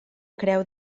creu